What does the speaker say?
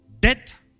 Death